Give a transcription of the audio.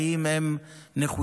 האם הם נחושים?